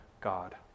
God